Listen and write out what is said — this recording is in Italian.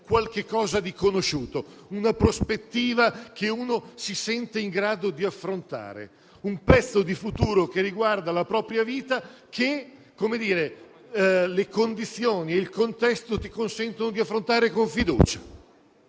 qualcosa di conosciuto, una prospettiva che ci si senta in grado di affrontare, un pezzo di futuro che riguarda la propria vita che le condizioni e il contesto consentano di affrontare con fiducia.